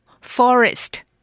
Forest